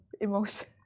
emotion